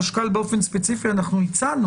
לגבי החשכ"ל באופן ספציפי הצענו